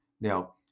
Now